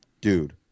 dude